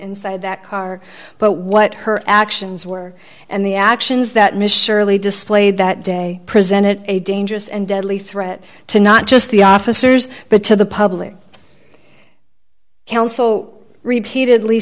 inside that car but what her actions were and the actions that michelle really displayed that day presented a dangerous and deadly threat to not just the officers but to the public council repeatedly